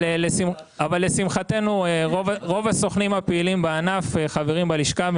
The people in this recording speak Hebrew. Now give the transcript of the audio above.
אבל לשמחתנו רוב הסוכנים הפעילים בענף חברים בלשכה.